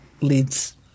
leads